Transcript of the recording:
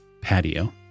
patio